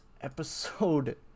episode